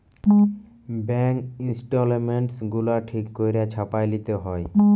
bank statements গুলা ঠিক ক্যইরে ছাপাঁয় লিতে হ্যয়